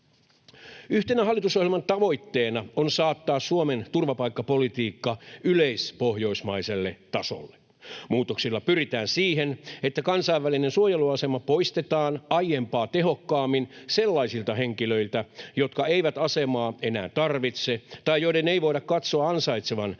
Yhtenä hallitusohjelman tavoitteena on saattaa Suomen turvapaikkapolitiikka yleispohjoismaiselle tasolle. Muutoksilla pyritään siihen, että kansainvälinen suojeluasema poistetaan aiempaa tehokkaammin sellaisilta henkilöiltä, jotka eivät asemaa enää tarvitse tai joiden ei voida katsoa ansaitsevan sitä